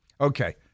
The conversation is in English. Okay